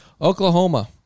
Oklahoma